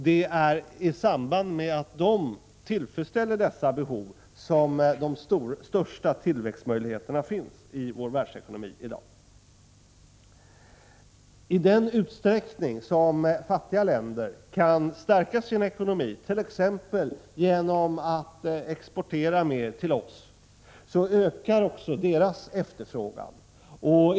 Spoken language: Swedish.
Det är i samband med att de tillfredsställer dessa behov som de största tillväxtmöjligheterna i dagens världsekonomi skapas. I den utsträckning fattiga länder kan stärka sin ekonomi, t.ex. genom att exportera mer till oss, ökar också deras efterfrågan.